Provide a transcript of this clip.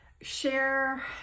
share